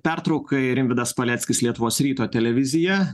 pertraukai rimvydas paleckis lietuvos ryto televizija